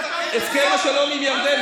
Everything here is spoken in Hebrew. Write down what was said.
הסכם השלום עם ירדן,